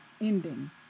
ending